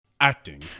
Acting